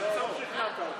שכנעת אותו.